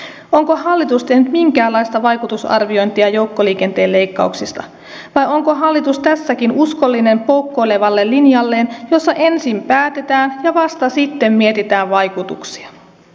onko hallitus tehnyt minkäänlaista vaikutusarviointia joukkoliikenteen leikkauksista vai onko hallitus tässäkin uskollinen poukkoilevalle linjalleen jossa ensin päätetään ja vasta sitten mietitään vaikutuksia